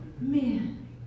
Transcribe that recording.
man